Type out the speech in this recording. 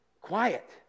Quiet